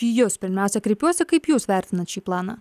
į jus pirmiausia kreipiuosi kaip jūs vertinat šį planą